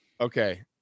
okay